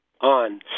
on